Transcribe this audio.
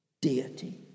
deity